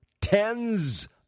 tens